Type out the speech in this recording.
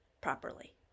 properly